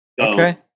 Okay